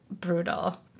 brutal